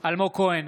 אלמוג כהן,